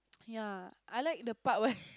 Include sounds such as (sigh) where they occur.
ya I like the part (laughs) where